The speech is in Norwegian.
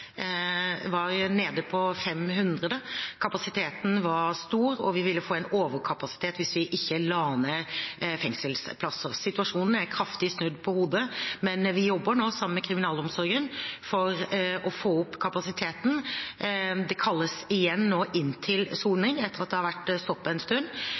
var i prinsippet nede på 500. Kapasiteten var stor, og vi ville få en overkapasitet hvis vi ikke la ned fengselsplasser. Situasjonen er kraftig snudd på hodet, men vi jobber nå sammen med kriminalomsorgen for å få opp kapasiteten. Det kalles nå igjen inn til soning etter at det har vært stopp en stund.